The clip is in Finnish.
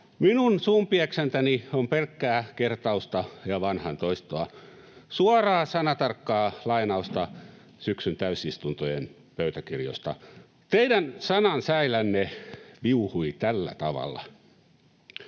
Minun suunpieksäntäni on pelkkää kertausta ja vanhan toistoa, suoraa sanatarkkaa lainausta syksyn täysistuntojen pöytäkirjoista. Teidän sanansäilänne viuhui tällä tavalla: